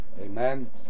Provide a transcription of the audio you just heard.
Amen